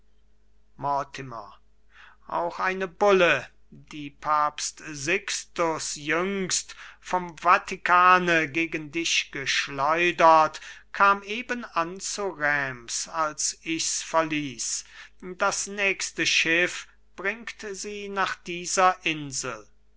auch eine bulle die papst sixtus jüngst vom vatikane gegen dich geschleudert kam eben an zu reims als ich's verließ das nächste schiff bringt sie nach dieser insel